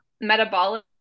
metabolic